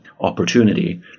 opportunity